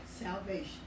salvation